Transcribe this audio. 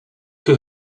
who